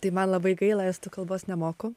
tai man labai gaila estų kalbos nemoku